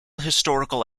historical